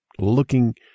looking